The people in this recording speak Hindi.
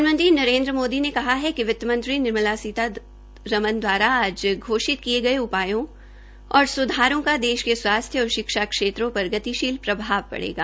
प्रधानमंत्री नरेन्द्र मोदी ने कहा है कि वितमंत्री निर्मला सीतारमन द्वारा आज घोषित किये गये उपायों और स्धारों का देश के स्वास्थ्य और शिक्षा क्षेत्रों पर गतिशील प्रभाव पड़ेगा